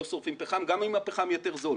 לא שורפים פחם וגם אם הפחם יותר זול